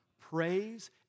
praise